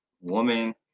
woman